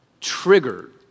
triggered